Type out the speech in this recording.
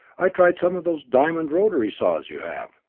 i tried some of those diamond rotary saws you have,